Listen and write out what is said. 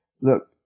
look